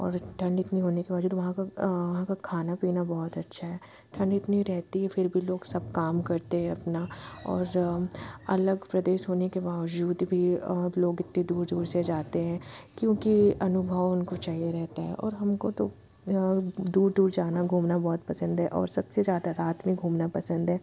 और ठंड इतनी होने के बावजूद वहाँ का वहाँ का खाना पीना बहुत अच्छा है ठंड इतनी रहती है फिर भी लोग सब काम करते हैं अपना और अलग प्रदेश होने के बावजूद भी लोग इतने दूर दूर से जाते हैं क्योंकि अनुभव उनको चाहिए रहता है और हमको तो दूर दूर जाना घूमना बहुत पसंद है और सबसे ज़्यादा रात में घूमना पसंद है